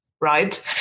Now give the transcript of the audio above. right